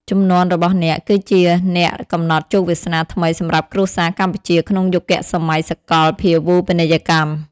ជំនាន់របស់អ្នក គឺជាអ្នកកំណត់ជោគវាសនាថ្មីសម្រាប់គ្រួសារកម្ពុជាក្នុងយុគសម័យសកលភាវូបនីយកម្ម។